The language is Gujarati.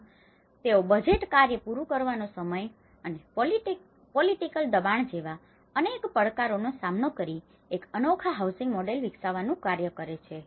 આમ તેઓ બજેટ કાર્ય પૂરું કરવાનો સમય અને પોલિટિકલ દબાણ જેવા અનેક પડકારોનો સામનો કરીને એક અનોખા હાઉસિંગ મોડેલ વિકસવાનું કાર્ય કરે છે